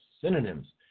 Synonyms